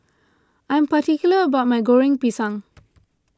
I am particular about my Goreng Pisang